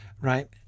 right